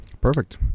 Perfect